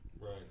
Right